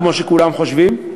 כמו שכולם חושבים.